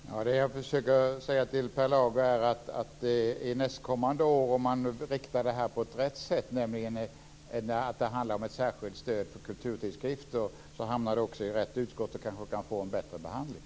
Fru talman! Vad jag försöker säga till Per Lager är att om det här riktas på rätt sätt, nämligen så att det handlar om ett särskilt stöd för kulturtidskrifter, så hamnar det nästkommande år i rätt utskott och kan då kanske få bättre behandling.